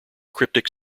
cryptic